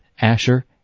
Asher